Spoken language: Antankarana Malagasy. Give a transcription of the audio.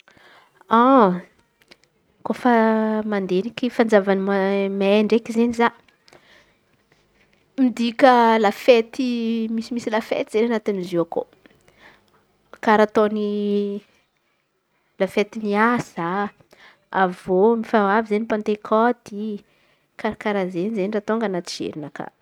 Kôfa mandin̈iky fanjava may mey ndreky izen̈y za. Midika lafety misy misy lafety izen̈y izen̈y antiny izy iôkô karà ataôny lafety ny asa. Avy eo efa ao àby izen̈y pantekôty karà kara izen̈y bôaka tônga anaty jerinaka.